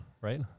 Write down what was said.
right